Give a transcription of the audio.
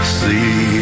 see